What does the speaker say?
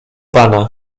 pana